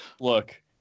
Look